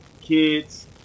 kids